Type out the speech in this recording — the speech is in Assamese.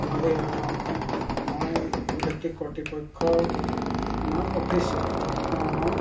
হয় এই অঁ অঁ অঁ মই ইলেক্ট্ৰিক কতৃপক্ষৰ মই অফিচত অঁ অঁ